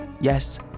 Yes